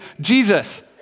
Jesus